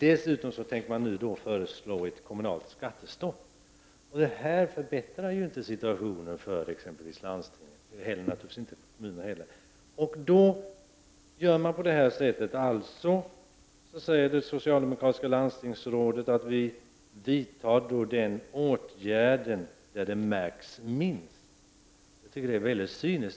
Dessutom tänker regeringen nu föreslå att kommunalt skattestopp, och det förbättrar inte situationen för landstingen och kommunerna. Det socialdemokratiska landstingsrådet säger då att man vidtar en åtgärd där den märks minst. Det är mycket cyniskt.